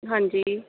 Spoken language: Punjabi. ਹਾਂਜੀ